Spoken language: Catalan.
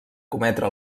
cometre